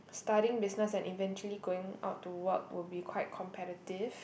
studying business and eventually going out to work will be quite competitive